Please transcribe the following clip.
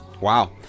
wow